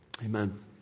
Amen